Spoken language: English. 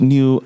New